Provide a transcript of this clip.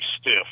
stiff